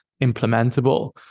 implementable